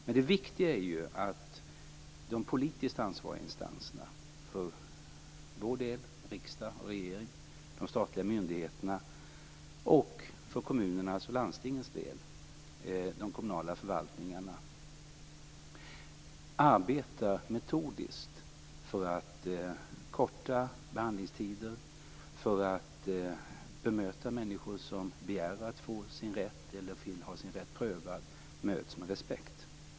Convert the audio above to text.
Men det viktiga är ju att de politiskt ansvariga instanserna, för vår del riksdag, regering och de statliga myndigheterna och för kommunernas och landstingens del de kommunala förvaltningarna, arbetar metodiskt för att förkorta behandlingstider och för att människor som begär att få sin rätt eller vill ha sin rätt prövad bemöts med respekt.